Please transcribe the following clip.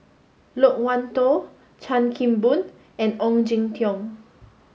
Loke Wan Tho Chan Kim Boon and Ong Jin Teong